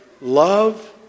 love